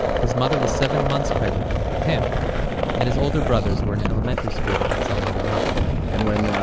his mother was seven months pregnant with him and his older brothers were in elementary school at zalman aran and when,